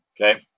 Okay